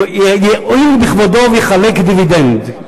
יואיל בכבודו ויחלק דיבידנד.